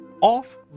off